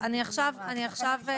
עם הכללית ולהגיד 'אוקיי,